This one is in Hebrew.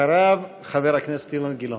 ואחריו, חבר הכנסת אילן גילאון.